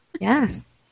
Yes